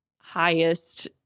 highest